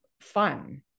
fun